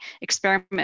experiment